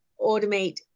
automate